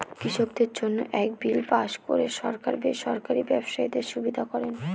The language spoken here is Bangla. কৃষকদের জন্য এক বিল পাস করে সরকার বেসরকারি ব্যবসায়ীদের সুবিধা করেন